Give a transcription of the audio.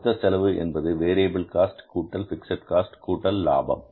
மொத்த செலவு என்பது வேரியபில் காஸ்ட் கூட்டல் பிக்ஸட் காஸ்ட் கூட்டல் லாபம்